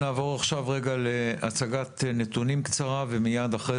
נעבור עכשיו להצגת נתונים קצרה ומיד אחרי